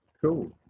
cool